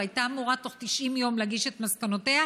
והייתה אמורה בתוך 90 יום להגיש את מסקנותיה.